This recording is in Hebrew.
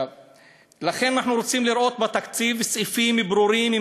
לכן אנחנו רוצים לראות בתקציב סעיפים ברורים עם